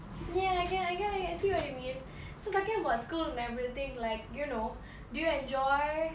ya ya ya I see what you mean so talking about school and everything like you know do you enjoy